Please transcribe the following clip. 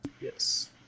Yes